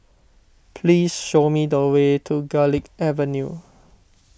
please show me the way to Garlick Avenue